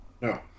No